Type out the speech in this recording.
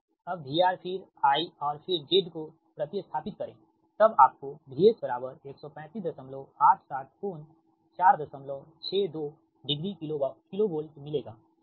अबVR फिर I और फिर Z को प्रति स्थापित करेंतब आपको VS बराबर 13587 कोण 462 डिग्री किलोवोल्ट मिलेगा ठीक है